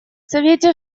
совете